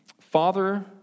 Father